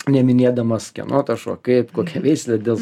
neminėdamas kieno tas šuo kaip kokia veislė dėl